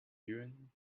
june